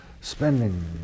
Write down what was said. spending